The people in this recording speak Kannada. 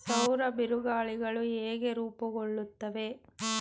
ಸೌರ ಬಿರುಗಾಳಿಗಳು ಹೇಗೆ ರೂಪುಗೊಳ್ಳುತ್ತವೆ?